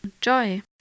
joy